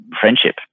friendship